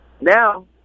Now